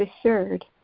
assured